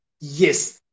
yes